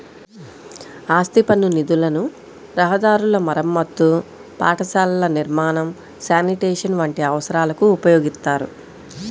ఆస్తి పన్ను నిధులను రహదారుల మరమ్మతు, పాఠశాలల నిర్మాణం, శానిటేషన్ వంటి అవసరాలకు ఉపయోగిత్తారు